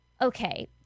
okay